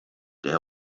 der